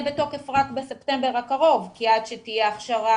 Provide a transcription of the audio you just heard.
בתוקף רק בספטמבר הקרוב כי עד שתהיה הכשרה,